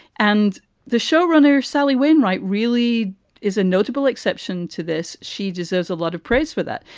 and the showrunner, sally wainwright, really is a notable exception to this she deserves a lot of praise for that.